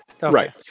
right